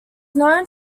known